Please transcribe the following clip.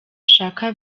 ashaka